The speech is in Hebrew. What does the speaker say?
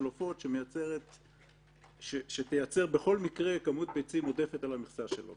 עופות שתייצר בכל מקרה כמות ביצים עודפת על המכסה שלו.